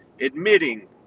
admitting